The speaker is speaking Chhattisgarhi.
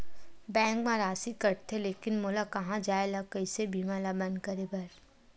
बैंक मा राशि कटथे लेकिन मोला कहां जाय ला कइसे बीमा ला बंद करे बार?